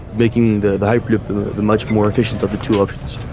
making the hyperloop the much more efficient of the two options.